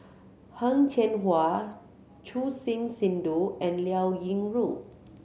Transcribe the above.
Heng Cheng Hwa Choor Singh Sidhu and Liao Yingru